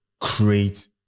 create